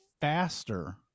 faster